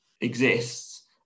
exists